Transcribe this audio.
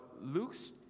Luke's